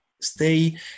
Stay